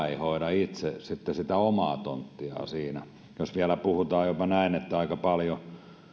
ei hoida itse sitten sitä omaa tonttiaan siinä jos vielä puhutaan jopa näin että aika paljon